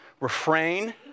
Refrain